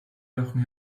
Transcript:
jochen